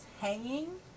Hanging